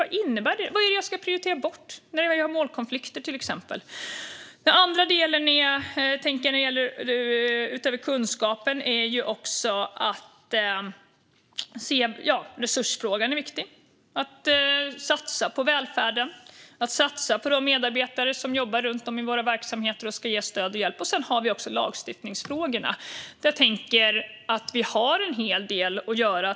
Vad är det jag ska prioritera bort när jag till exempel har målkonflikter? Utöver kunskapen är resursfrågan viktig. Det gäller att satsa på välfärden och de medarbetare som jobbar runt om i våra verksamheter och ska ge stöd och hjälp. Sedan har vi också lagstiftningsfrågorna. Jag tänker att vi har en hel del att göra.